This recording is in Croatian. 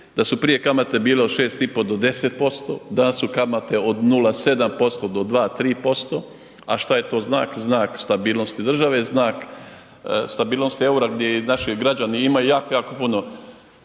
da su prije kamate bile od 6,5 do 10%, da su kamate od 0,7% do 2,3%, a šta je to znak, znak stabilnosti države, znak stabilnosti eura gdje i naši građani imaju jako, jako puno